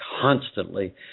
constantly